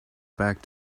back